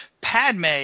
padme